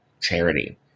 charity